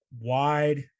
wide